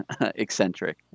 eccentric